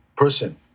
person